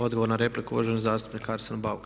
Odgovor na repliku uvaženi zastupnik Arsen Bauk.